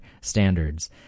standards